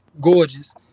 gorgeous